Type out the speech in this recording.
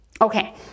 Okay